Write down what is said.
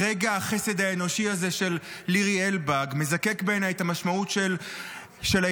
רגע החסד האנושי הזה של לירי אלבג מזקק בעיניי את המשמעות של היהדות,